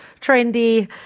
trendy